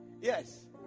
yes